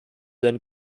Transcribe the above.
then